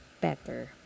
better